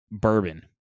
Bourbon